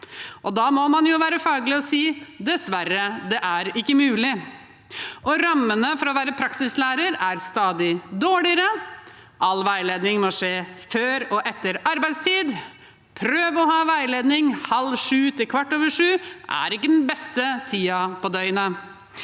Da må man være faglig og si: Dessverre, det er ikke mulig. Rammene for å være praksislærer er stadig dårligere. All veiledning må skje før og etter arbeidstid. Prøv å ha veiledning 06.30–07.15 – det er ikke den beste tiden på døgnet.